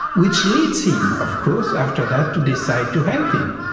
which leads him, of course, after that to decide to help him,